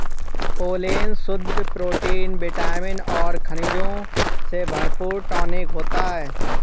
pollen शुद्ध protein vitamin और खनिजों से भरपूर टॉनिक होता है